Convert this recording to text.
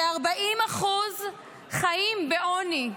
כ-40% חיים בעוני.